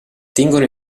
tengono